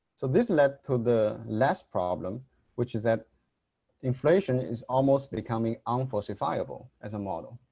so this led to the last problem which is that inflation is almost becoming unfalsifiable as a model